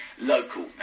local